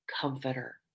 comforter